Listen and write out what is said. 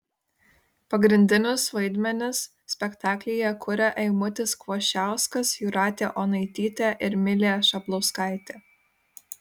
pagrindinius vaidmenis spektaklyje kuria eimutis kvoščiauskas jūratė onaitytė ir milė šablauskaitė